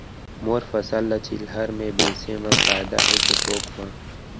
मोर फसल ल चिल्हर में बेचे म फायदा है के थोक म?